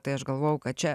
tai aš galvojau kad čia